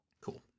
Cool